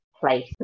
place